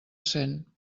cent